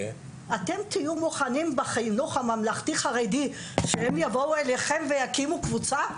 אתם תהיו מוכנים בחינוך הממלכתי-חרדי שהם יבואו אליכם ויקימו קבוצה?